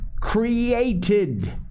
created